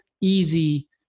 easy